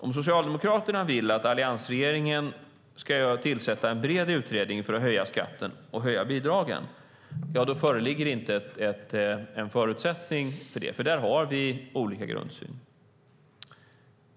Om Socialdemokraterna vill att alliansregeringen ska tillsätta en bred utredning för att höja skatten och bidragen föreligger ingen förutsättning för det, för där har vi olika grundsyn.